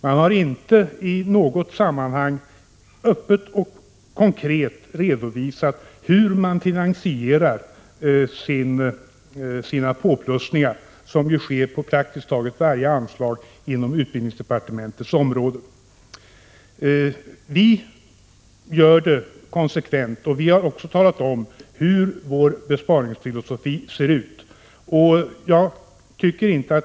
Han har inte i något sammanhang öppet och konkret redovisat hur centern vill finansiera sina påplussningar på praktiskt taget varje anslag inom utbildningsdepartementets område. Det är något som vi moderater konsekvent gör. Vi har också talat om hur vår besparingsfilosofi ser ut.